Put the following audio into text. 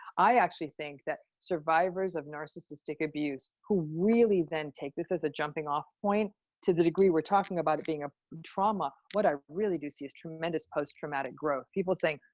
i actually think that survivors of narcissistic abuse who really then take this as a jumping off point to the degree we're talking about it being a trauma, what i really do see is tremendous post traumatic growth. people saying,